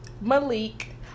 Malik